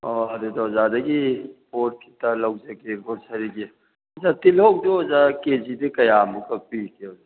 ꯑꯣ ꯑꯗꯨꯗ ꯑꯣꯖꯥꯗꯒꯤ ꯄꯣꯠ ꯈꯤꯇ ꯂꯧꯖꯒꯦ ꯒ꯭ꯔꯣꯁꯔꯤꯒꯤ ꯑꯣꯖꯥ ꯇꯤꯜꯍꯧꯗꯨ ꯑꯣꯖꯥ ꯀꯦ ꯖꯤꯗ ꯀꯌꯥꯃꯨꯛꯀ ꯄꯤꯒꯦ ꯑꯣꯖꯥ